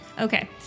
okay